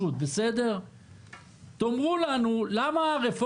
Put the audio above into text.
אתה צריך לראות כמה כמויות של חנויות או